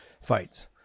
fights